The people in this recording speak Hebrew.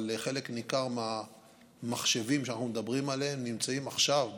אבל חלק ניכר מהמחשבים שאנחנו מדברים עליהם נמצאים עכשיו,